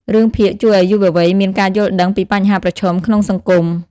រឿងភាគជួយឱ្យយុវវ័យមាន ការយល់ដឹង ពីបញ្ហាប្រឈមក្នុងសង្គម។